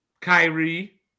Kyrie